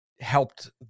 helped